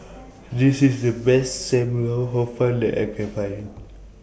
This IS The Best SAM Lau Hor Fun that I Can Find